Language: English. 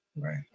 Right